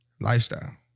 Lifestyle